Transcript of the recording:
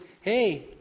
hey